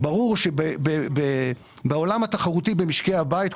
ברור שבעולם התחרותי במשקי הבית,